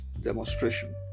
demonstration